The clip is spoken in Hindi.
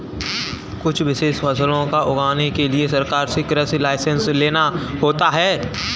कुछ विशेष फसलों को उगाने के लिए सरकार से कृषि लाइसेंस लेना होता है